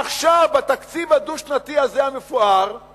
עכשיו בתקציב הדו-שנתי המפואר הזה,